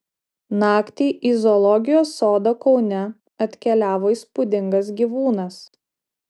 naktį į zoologijos sodą kaune atkeliavo įspūdingas gyvūnas